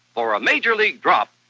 for a major league drop,